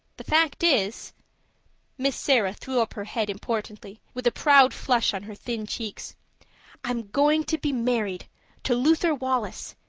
the fact is miss sarah threw up her head importantly, with a proud flush on her thin cheeks i'm going to be married to luther wallace.